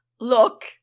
look